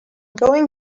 going